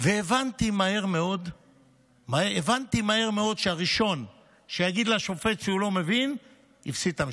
והבנתי מהר מאוד שהראשון שיגיד לשופט שהוא לא מבין יפסיד את המשפט.